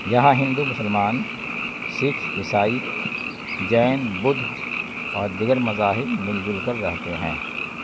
یہاں ہندو مسلمان سکھ عیسائی جین بدھ اور دیگر مذاہب مل جل کر رہتے ہیں